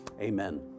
Amen